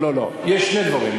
לא, יש שני דברים,